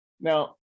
Now